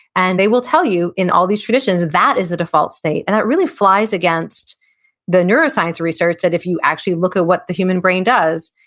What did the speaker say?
and they will tell you in all these traditions, that is the default state, and that really flies against the neuroscience research that if you actually look at what the human brain does,